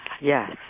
Yes